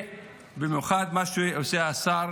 ובמיוחד מה שעושה השר